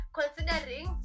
considering